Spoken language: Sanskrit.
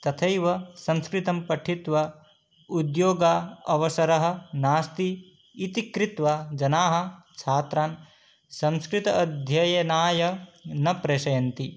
तथैव सस्कृतं पठित्वा उद्योग अवसरः नास्ति इति कृत्वा जनाः छात्रान् संस्कृताध्ययनाय न प्रेषयन्ति